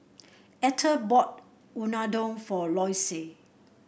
Etter bought Unadon for Loyce